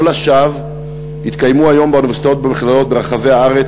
לא לשווא התקיימו היום באוניברסיטאות ובמכללות ברחבי הארץ